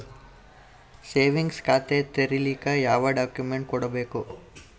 Savings ಖಾತಾ ತೇರಿಲಿಕ ಯಾವ ಡಾಕ್ಯುಮೆಂಟ್ ಕೊಡಬೇಕು?